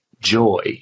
joy